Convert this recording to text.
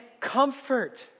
comfort